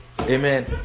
Amen